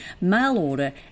mail-order